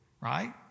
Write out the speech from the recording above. right